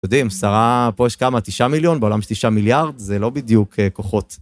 אתם יודעים, שרה, פה יש כמה, תשע מיליון, בעולם יש תשעה מיליארד, זה לא בדיוק כוחות.